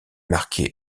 marquée